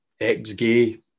ex-gay